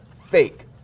Fake